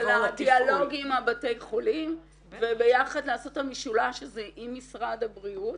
הדיאלוג עם בתי החולים וביחד לעשות את המשולש הזה עם משרד הבריאות.